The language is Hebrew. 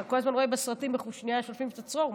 אתה כל הזמן רואה בסרטים איך שולפים את הצרור.